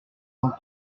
saint